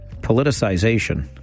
politicization